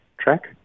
track